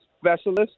specialist